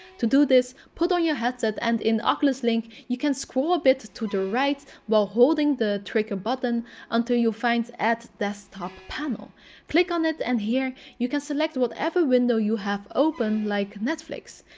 to do this, put on your headset, and in oculus link, you can scroll a bit to the right while holding the trigger button until you find add desktop panel click on it, and here you can select whatever window you have open, like netflix.